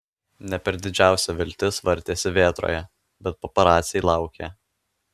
ne per didžiausia viltis vartėsi vėtroje bet paparaciai laukė